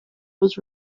was